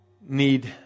need